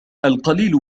القليل